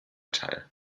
teil